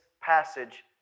passage